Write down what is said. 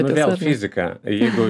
vat vėl fizika jeigu